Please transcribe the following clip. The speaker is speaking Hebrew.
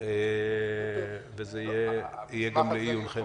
וזה יועמד גם לעיונכם.